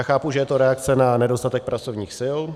Chápu, že je to reakce na nedostatek pracovních sil.